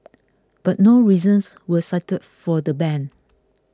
but no reasons were cited for the ban